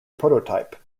prototype